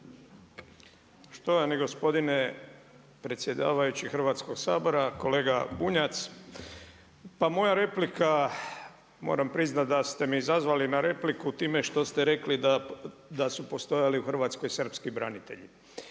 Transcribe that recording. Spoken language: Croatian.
Štovani gospodine Hrvatskoga sabora. Kolega Bunjac, pa moja replika, moram priznati da ste me izazvali na repliku time što ste rekli da su postojali u Hrvatskoj srpski branitelji.